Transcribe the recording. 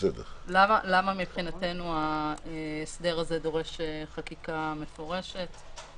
למה מבחינתנו ההסדר הזה דורש חקיקה מפורשת.